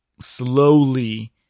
slowly